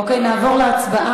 אוקיי, נעבור להצבעה.